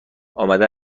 آمده